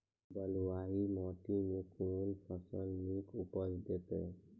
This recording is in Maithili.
बलूआही माटि मे कून फसल नीक उपज देतै?